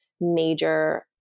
major